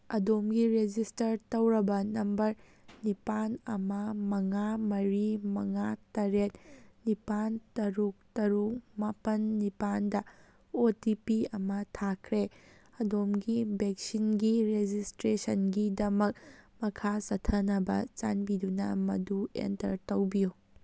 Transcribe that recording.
ꯑꯗꯣꯝꯒꯤ ꯔꯦꯖꯤꯁꯇꯔ ꯇꯧꯔꯕ ꯅꯝꯕꯔ ꯅꯤꯄꯥꯜ ꯑꯃ ꯃꯉꯥ ꯃꯔꯤ ꯃꯉꯥ ꯇꯔꯦꯠ ꯅꯤꯄꯥꯜ ꯇꯔꯨꯛ ꯇꯔꯨꯛ ꯃꯥꯄꯜ ꯅꯤꯄꯥꯜꯗ ꯑꯣ ꯇꯤ ꯄꯤ ꯑꯃ ꯊꯥꯈ꯭ꯔꯦ ꯑꯗꯣꯝꯒꯤ ꯚꯦꯛꯁꯤꯟꯒꯤ ꯔꯦꯖꯤꯁꯇ꯭ꯔꯦꯁꯟꯒꯤꯗꯃꯛ ꯃꯈꯥ ꯆꯠꯊꯅꯕ ꯆꯥꯟꯕꯤꯗꯨꯅ ꯃꯗꯨ ꯑꯦꯟꯇꯔ ꯇꯧꯕꯤꯌꯨ